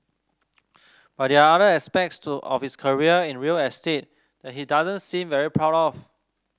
but there are other aspects to of his career in real estate that he doesn't seem very proud of